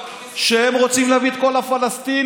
שהם רוצים להביא את כל הפלסטינים,